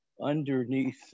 underneath